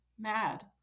Mad